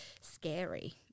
scary